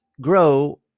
grow